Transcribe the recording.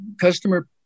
customer